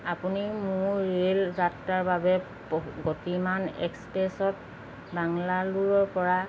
আপুনি মোৰ ৰে'ল যাত্ৰাৰ বাবে গতিমান এক্সপেছত বাংগালোৰৰ পৰা